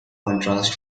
contrast